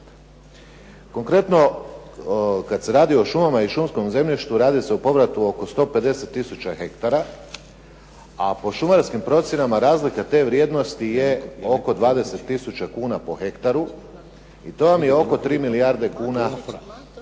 Konkretno, kad se radi o šumama i šumskom zemljištu radi se o povratu oko 150000 hektara, a po šumarskim procjenama razlika te vrijednosti je oko 20000 kuna po hektaru i to vam je oko 3 milijarde kuna